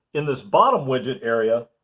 in this bottom widget area,